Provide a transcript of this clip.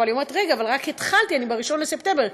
היא אומרת: אבל רק התחלתי, ב-1 בספטמבר.